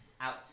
out